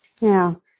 Now